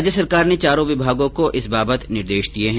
राज्य सरकार ने चारों विभागों को इस बाबत निर्देश दिये है